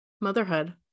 motherhood